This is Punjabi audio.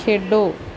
ਖੇਡੋ